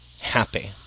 happy